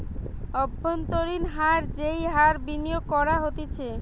অব্ভন্তরীন হার যেই হার বিনিয়োগ করা হতিছে